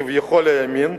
כביכול הימין.